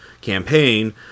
campaign